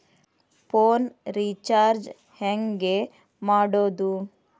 Phone recharge ಹೆಂಗೆ ಮಾಡೋದು?